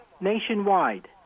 nationwide